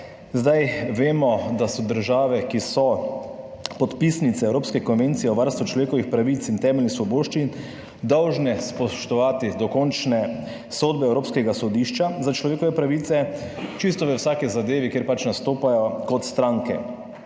Vemo, da so države, ki so podpisnice evropske Konvencije o varstvu človekovih pravic in temeljnih svoboščin, dolžne spoštovati dokončne sodbe Evropskega sodišča za človekove pravice čisto v vsaki zadevi, kjer pač nastopajo kot stranke.